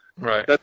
Right